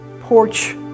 porch